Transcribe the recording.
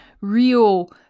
real